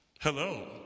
Hello